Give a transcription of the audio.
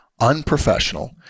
unprofessional